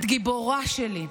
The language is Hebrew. את גיבורה שלי,